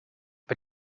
but